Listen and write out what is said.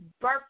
burp